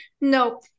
no